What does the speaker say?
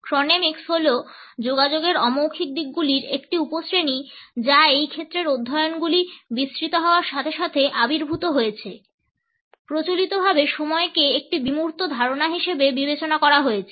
Chronemics হল যোগাযোগের অমৌখিক দিকগুলির একটি উপশ্রেণি যা এই ক্ষেত্রের অধ্যয়নগুলি বিস্তৃত হওয়ার সাথে সাথে আবির্ভূত হয়েছে। প্রচলিতভাবে সময়কে একটি বিমূর্ত ধারণা হিসাবে বিবেচনা করা হয়েছে